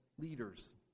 leaders